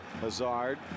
Hazard